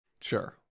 Sure